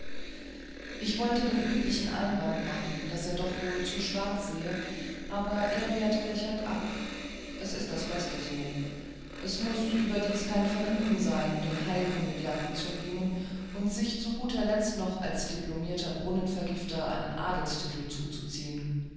ich wollte den üblichen einwand machen daß er doch wohl zu schwarz sehe aber er wehrte lächelnd ab es ist das beste so es muß überdies kein vergnügen sein den heilkomödianten zu mimen und sich zu guterletzt noch als diplomierter brunnenvergifter einen adelstitel zuzuziehen